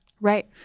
Right